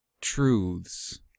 truths